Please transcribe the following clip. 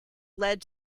led